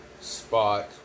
spot